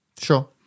Sure